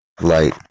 light